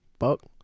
Fuck